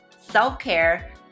self-care